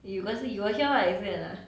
you got it you got hear what I say or not